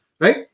Right